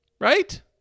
right